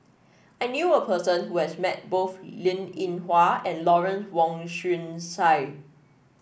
I knew a person who has met both Linn In Hua and Lawrence Wong Shyun Tsai